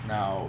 Now